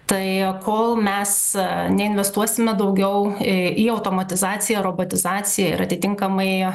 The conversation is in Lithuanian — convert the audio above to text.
tai kol mes neinvestuosime daugiau į automatizaciją robotizaciją ir atitinkamai